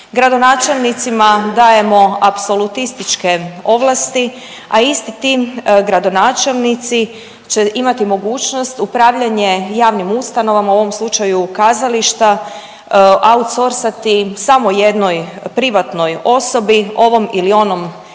Gradonačelnicima dajemo apsolutističke ovlasti, a isti ti gradonačelnici će imati mogućnost upravljanje javnim ustanovama u ovom slučaju kazališta, outsorcati samo jednoj privatnoj osobi, ovom ili onom intendantu